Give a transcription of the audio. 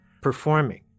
performing